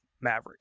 Maverick